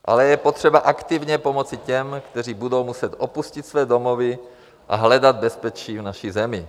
Ale je potřeba aktivně pomoci těm, kteří budou muset opustit své domovy a hledat bezpečí v naší zemi.